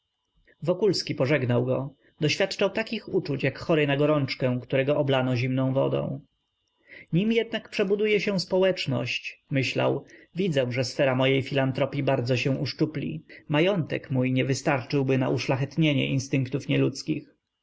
wokulski pożegnał go doświadczał takich uczuć jak chory na gorączkę którego oblano zimną wodą nim jednak przebuduje się społeczność myślał widzę że sfera mojej filantropii bardzo się uszczupli majątek mój nie wystarczyłby na uszlachetnianie instynktów nieludzkich